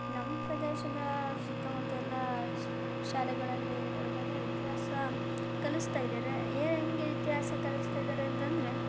ನಮ್ಮ ಪ್ರದೇಶದಾ ಸುತ್ತಮುತ್ತ ಎಲ್ಲ ಶಾಲೆಗಳಲ್ಲಿ ನೋಡಿದಾಗ ಇತಿಹಾಸ ಕಲಿಸ್ತಾ ಇದ್ದಾರೆ ಹೇಗೆ ಇತಿಹಾಸ ಕಲಿಸ್ತಾ ಇದ್ದಾರೆ ಅಂತಂದರೆ